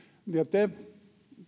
te